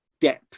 depth